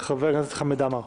חבר הכנסת חמד עמאר.